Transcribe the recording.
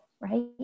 right